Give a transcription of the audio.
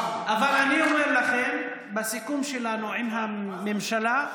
אבל אני אומר לכם שבסיכום שלנו עם הממשלה,